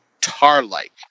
tar-like